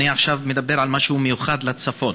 אני מדבר עכשיו על משהו ייחודי לצפון,